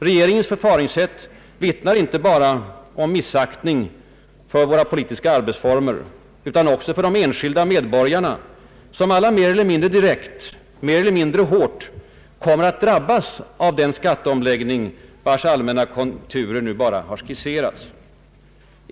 Regeringens förfaringssätt vittnar om missaktning inte bara för våra politiska arbetsformer utan också för de enskilda medborgare som alla mer eller mindre direkt, mer eller mindre hårt, kommer att drabbas av den skatteomläggning vars allmänna konturer nu bara har skisserats.